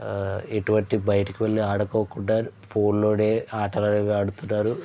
ఆ ఇటువంటి బయటకు వెళ్ళి ఆడుకోకుండా ఫోన్లో ఆటలు అవి ఆడుతున్నారు